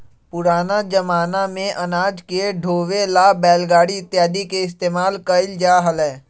पुराना जमाना में अनाज के ढोवे ला बैलगाड़ी इत्यादि के इस्तेमाल कइल जा हलय